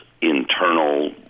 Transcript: internal